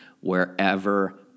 wherever